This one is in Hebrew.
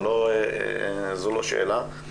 זו לא שאלה.